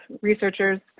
researchers